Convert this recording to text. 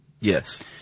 Yes